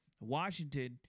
Washington –